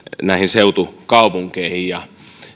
seutukaupunkeihin ja